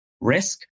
risk